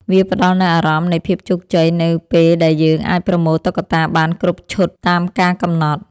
វាផ្ដល់នូវអារម្មណ៍នៃភាពជោគជ័យ នៅពេលដែលយើងអាចប្រមូលតុក្កតាបានគ្រប់ឈុតតាមការកំណត់។